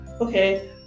okay